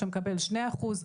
שמקבל שני אחוז.